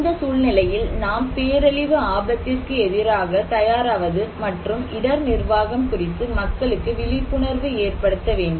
இந்த சூழ்நிலையில் நாம் பேரழிவு ஆபத்திற்கு எதிராக தயாராவது மற்றும் இடர் நிர்வாகம் குறித்து மக்களுக்கு விழிப்புணர்வு ஏற்படுத்த வேண்டும்